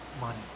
money